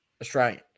Australian